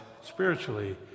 spiritually